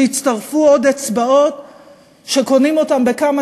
שיצטרפו עוד אצבעות שקונים אותן בכמה